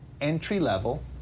entry-level